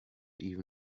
even